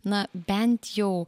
na bent jau